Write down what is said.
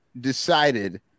decided –